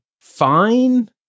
fine